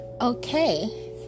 Okay